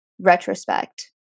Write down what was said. retrospect